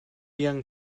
young